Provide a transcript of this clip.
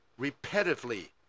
repetitively